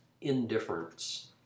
indifference